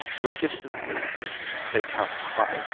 rugged and bleak they tower high,